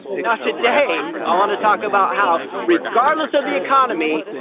now today, i want to talk about how regardless of the economy,